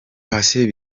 patient